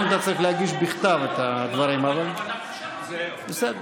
אתה צריך להגיש בכתב את הדברים, אבל בסדר.